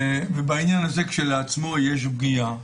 בעניין הזה כשלעצמו יש פגיעה.